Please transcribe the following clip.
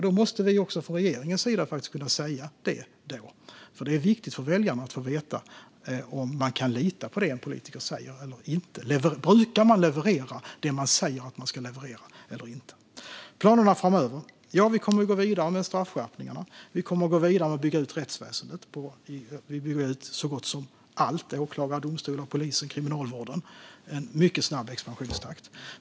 Då måste vi faktiskt kunna säga det, också från regeringens sida, för det är viktigt för väljarna att veta om de kan lita på det en politiker säger eller inte. Brukar man leverera det man säger att man ska leverera eller inte? Vad gäller planerna framöver kommer vi att gå vidare med straffskärpningarna. Vi kommer att gå vidare med att bygga ut rättsväsendet. Vi bygger ut så gott som allt - åklagare, domstolar, polisen och kriminalvården - i mycket snabb expansionstakt.